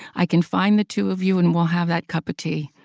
i can find the two of you and we'll have that cup of tea.